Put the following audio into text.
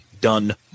done